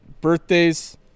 Birthdays